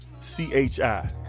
C-H-I